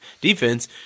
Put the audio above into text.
defense